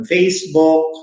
Facebook